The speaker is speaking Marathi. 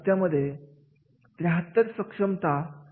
मग या कार्यासाठी त्यांना काही विशिष्ट कामगारांची गरज होती